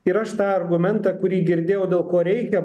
ir aš tą argumentą kurį girdėjau dėl ko reikia